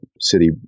city